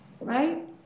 right